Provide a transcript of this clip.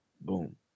Boom